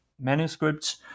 manuscripts